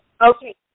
Okay